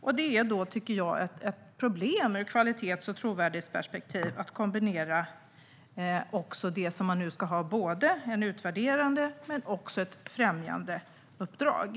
Jag tycker att det är ett problem från kvalitets och trovärdighetsperspektiv att kombinera ett utvärderande uppdrag och ett främjandeuppdrag.